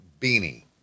beanie